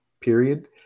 period